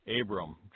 Abram